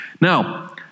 Now